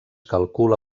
calcula